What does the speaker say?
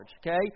okay